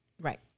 Right